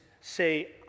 say